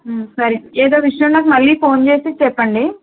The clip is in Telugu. సరే ఎదో విషయం నాకు మళ్ళీ ఫోన్ చేసి చెప్పండి